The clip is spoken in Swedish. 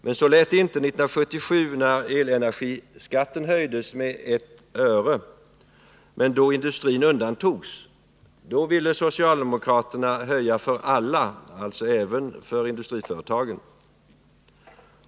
Men så lät det inte 1977, när elenergiskatten höjdes med 1 öre och industrin undantogs — då ville socialdemokraterna höja för alla, alltså även för industriföretagen.